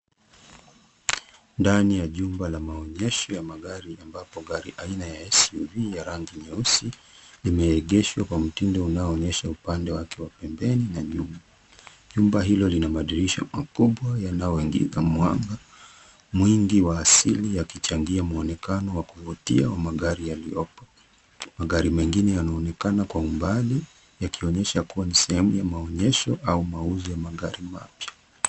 Ndani ya jumba la maonyesho ya magari ambapo gari aina ya SUV ya rangi nyeusi limeegeshwa kwa mtindo unaoonyesha upande wake wa pembeni na nyuma. Jumba hilo lina madirisha makubwa yanayoingiza mwanga mwingi wa asili yakichangia mwonekano wa kuvutia wa magari yaliyopo. Magari mengine yanaonekana kwa umbali yakionyesha kuwa ni sehemu ya maonyesho au mauzo ya magari mapya.